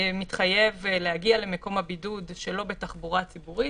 מתחייב להגיע למקום הבידוד שלא בתחבורה ציבורית,